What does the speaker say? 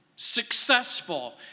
successful